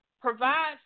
provide